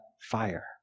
fire